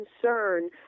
concern